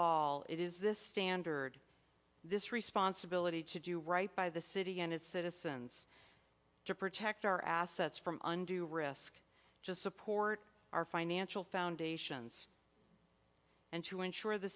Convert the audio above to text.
all it is this standard this responsibility to do right by the city and its citizens to protect our assets from undue risk just support our financial foundations and to ensure the